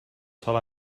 sol